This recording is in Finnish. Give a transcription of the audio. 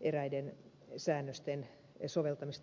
eräiden säännösten soveltamista merkittävästi seuraavalla tavalla